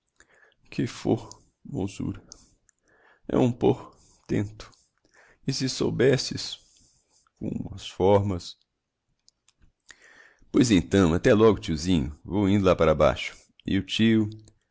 que for mosura é um por tento e se soubesses com umas fórmas pois então até logo tiozinho vou indo lá para baixo e o tio